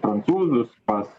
prancūzus pas